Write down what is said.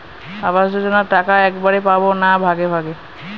আবাস যোজনা টাকা একবারে পাব না ভাগে ভাগে?